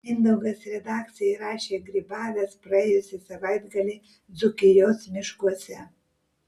mindaugas redakcijai rašė grybavęs praėjusį savaitgalį dzūkijos miškuose